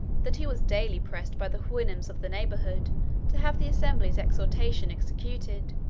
that he was daily pressed by the houyhnhnms of the neighbourhood to have the assembly's exhortation executed,